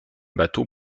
bateau